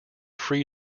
free